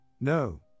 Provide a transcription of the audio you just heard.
no